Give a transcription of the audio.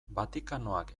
vatikanoak